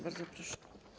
Bardzo proszę.